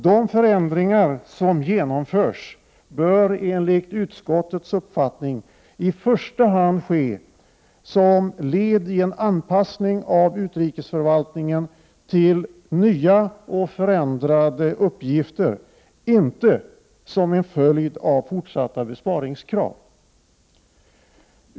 De förändringar som genomförs bör enligt utskottets uppfattning i första hand ske som led i en anpassning av utrikesförvaltningen till nya och förändrade uppgifter, inte som en följd av fortsatta besparingskrav.